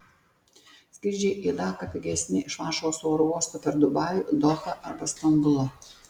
skrydžiai į daką pigesni iš varšuvos oro uosto per dubajų dohą arba stambulą